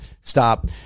Stop